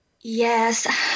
Yes